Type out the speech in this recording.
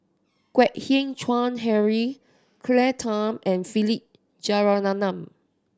Kwek Hian Chuan Henry Claire Tham and Philip Jeyaretnam